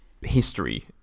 history